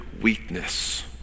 weakness